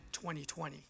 2020